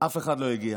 אף אחד לא הגיע.